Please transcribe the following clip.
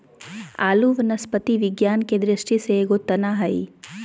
आलू वनस्पति विज्ञान के दृष्टि से एगो तना हइ